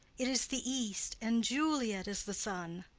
it is the east, and juliet is the sun!